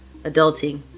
adulting